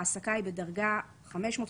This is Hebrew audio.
ההעסקה היא בדרגה 500,